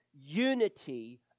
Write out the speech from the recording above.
unity